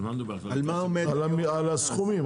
על הסכומים,